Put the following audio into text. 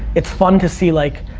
it's fun to see, like,